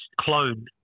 clone